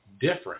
different